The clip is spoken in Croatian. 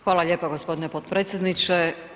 Hvala lijepa gospodine potpredsjedniče.